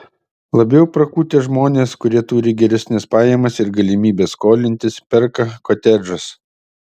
labiau prakutę žmonės kurie turi geresnes pajamas ir galimybes skolintis perka kotedžus